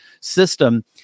system